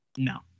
No